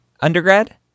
undergrad